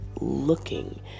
looking